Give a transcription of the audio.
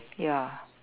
ya